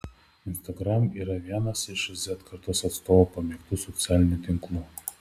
instagram yra ir vienas iš z kartos atstovų pamėgtų socialinių tinklų